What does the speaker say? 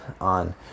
on